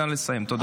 תודה.